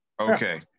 Okay